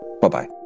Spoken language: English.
Bye-bye